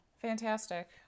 fantastic